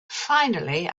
finally